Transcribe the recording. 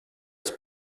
its